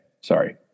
Sorry